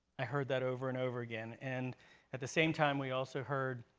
i heard that over and over again and at the same time we also heard